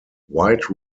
wide